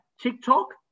TikTok